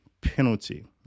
penalty